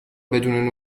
بدون